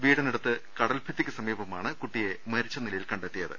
വീടി നടുത്ത് കടൽഭിത്തിക്ക് സമീപമാണ് കുട്ടിയെ മരിച്ച് നിലയിൽ കണ്ടെ ത്തിയത്